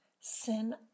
Sin